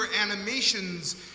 animations